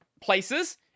places